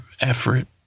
effort